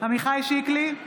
עמיחי שיקלי,